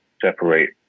separate